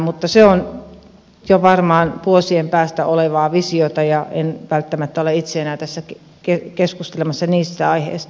mutta se on jo varmaan vuosien päästä olevaa visiota ja en välttämättä ole itse enää tässä keskustelemassa niistä aiheista